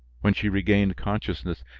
when she regained consciousness,